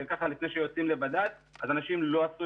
לפני שיוצאים לניווט בדד אנשים לא עשו